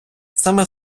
саме